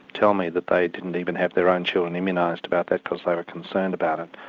tell me that they didn't even have their own children immunised about that because they were concerned about it.